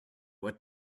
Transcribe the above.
what